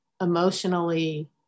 emotionally